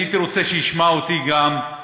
הייתי רוצה שישמע אותי גם.